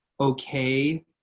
okay